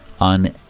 on